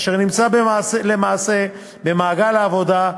אשר נמצא למעשה במעגל העבודה,